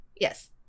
Yes